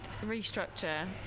restructure